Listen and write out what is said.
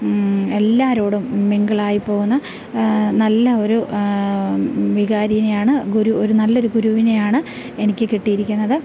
എല്ലാരോടും മിങ്കിളായി പോകുന്ന നല്ല ഒരു വികാരിയിനെയാണ് ഗുരു ഒരു നല്ല ഒരു ഗുരുവിനെയാണ് എനിക്ക് കിട്ടിയിരിക്കുന്നത്